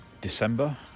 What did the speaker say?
December